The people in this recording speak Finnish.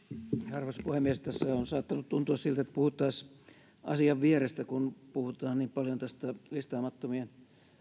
arvoisa puhemies tässä on saattanut tuntua siltä että puhuttaisiin asian vierestä kun puhutaan niin paljon tästä listaamattomien